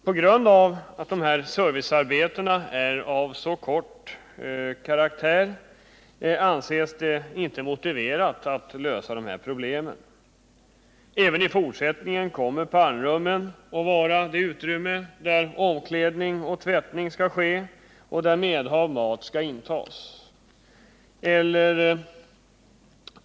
På grund av att dessa servicearbeten är av så kortvarig karaktär anses det inte motiverat att lösa dessa problem. Även i fortsättningen kommer pannrummen att vara det utrymme där omklädning och tvättning skall ske och där medhavd mat skall intas.